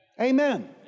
Amen